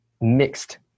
mixed